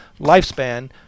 lifespan